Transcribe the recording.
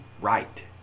right